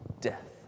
death